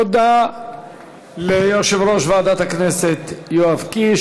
תודה ליושב-ראש ועדת הכנסת יואב קיש.